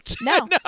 No